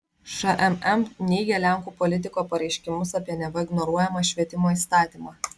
šmm neigia lenkų politiko pareiškimus apie neva ignoruojamą švietimo įstatymą